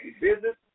Business